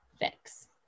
fix